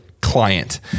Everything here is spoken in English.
client